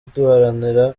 duharanira